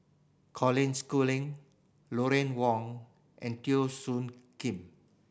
Colin Schooling Lucien Wang and Teo Soon Kim